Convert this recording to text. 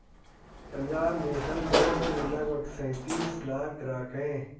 Punjab National Bank के लगभग सैंतीस लाख ग्राहक हैं